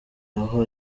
aho